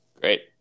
Great